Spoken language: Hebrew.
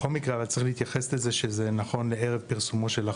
אבל בכל מקרה צריך להתייחס לזה שזה נכון לערב פרסומו של החוק.